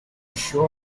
sure